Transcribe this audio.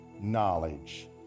knowledge